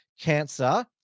cancer